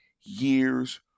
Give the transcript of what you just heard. years